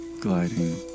gliding